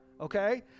Okay